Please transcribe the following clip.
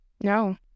No